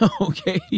okay